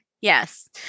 Yes